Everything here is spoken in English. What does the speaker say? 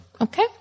Okay